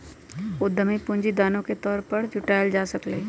उधमी पूंजी दानो के तौर पर जुटाएल जा सकलई ह